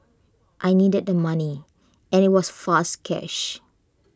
I needed the money and IT was fast cash